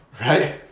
Right